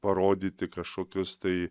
parodyti kašokius tai